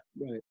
right